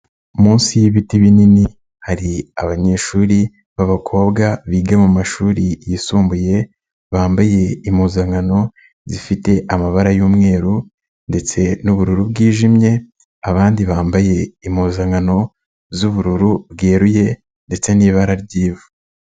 Munsi y'ibiti binini hari abanyeshuri b'abakobwa biga mu mashuri yisumbuye bambaye impuzankano zifite amabara y'umweru ndetse n'ubururu bwijimye, abandi bambaye impuzankano z'ubururu bweruye ndetse n'ibara ry'ivu.